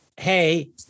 hey